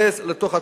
הזה להיכנס לתוקף.